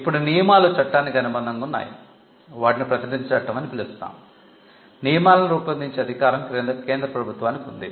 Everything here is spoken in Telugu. ఇప్పుడు నియమాలు చట్టానికి అనుబంధంగా ఉన్నాయి వాటిని ప్రతినిధి చట్టం అని పిలుస్తాము నియమాలను రూపొందించే అధికారం కేంద్ర ప్రభుత్వానికి ఉంది